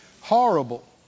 Horrible